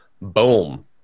boom